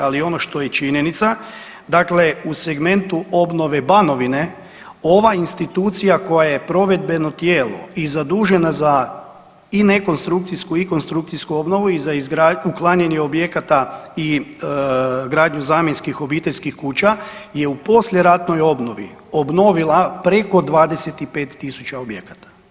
Ali ono što je činjenica, dakle u segmentu obnove Banovine, ova institucija koja je provedbeno tijelo i zadužena za i nekonstrukcijsku i konstrukcijsku obnovu i za .../nerazumljivo/... uklanjanje objekata i gradnju zamjenskih obiteljskih kuća je u poslijeratnoj obnovi obnovila preko 25 tisuća objekata.